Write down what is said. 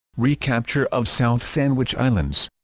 recapture of south sandwich islands